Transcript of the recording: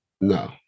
No